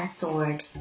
sword